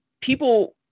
people